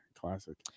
Classic